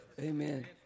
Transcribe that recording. Amen